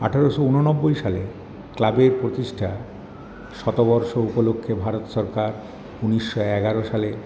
আঠেরোশো উনব্বই সালে ক্লাবের প্রতিষ্ঠা শতবর্ষ উপলক্ষে ভারত সরকার উনিশশো এগারো সালে